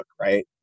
right